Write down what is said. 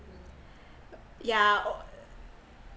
yeah oh